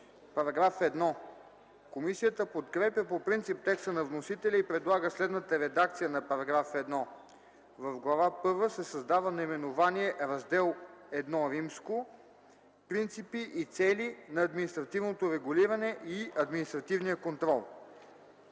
ДИМИТРОВ: Комисията подкрепя по принцип текста на вносителя и предлага следната редакция на § 1: „§ 1. В Глава първа се създава наименование: „Раздел І. Принципи и цели на административното регулиране и административния контрол”.”